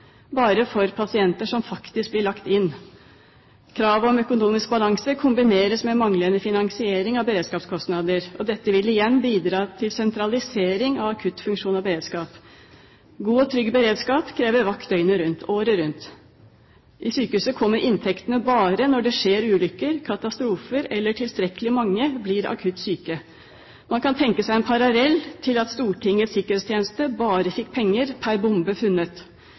bare for pasienter som faktisk blir lagt inn. Krav om økonomisk balanse kombineres med manglende finansiering av beredskapskostnader, og dette vil igjen bidra til sentralisering av akuttfunksjoner og beredskap. God og trygg beredskap krever vakt døgnet rundt året rundt. I sykehuset kommer inntektene bare når det skjer ulykker og katastrofer eller når tilstrekkelig mange blir akutt syke. Man kan tenke seg en parallell til at Stortingets sikkerhetstjeneste bare fikk penger pr. bombe funnet! I Norge er det heldigvis altfor få bomber per